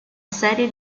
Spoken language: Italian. serie